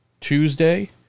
Tuesday